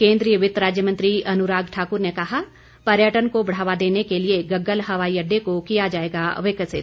केन्द्रीय वित्त राज्य मंत्री अनुराग ठाक्र ने कहा पर्यटन को बढ़ावा देने के लिए गग्गल हवाई अड्डे को किया जाएगा विकसित